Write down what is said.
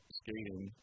skating